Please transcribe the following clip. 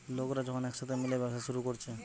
লোকরা যখন একসাথে মিলে ব্যবসা শুরু কোরছে